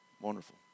Wonderful